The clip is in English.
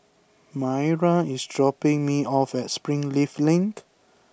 Maira is dropping me off at Springleaf Link